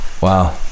Wow